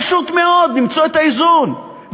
פשוט מאוד למצוא את האיזון.